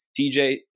TJ